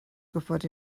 gwybod